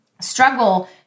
struggle